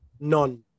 none